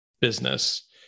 business